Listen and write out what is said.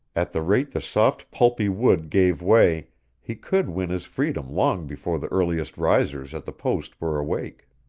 at the rate the soft pulpy wood gave way he could win his freedom long before the earliest risers at the post were awake.